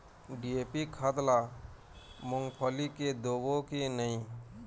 DAP खाद ला मुंगफली मे देबो की नहीं?